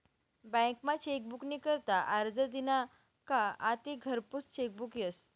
बँकमा चेकबुक नी करता आरजं दिना का आते घरपोच चेकबुक यस